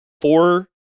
four